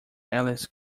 alice